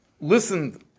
listened